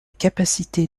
capacité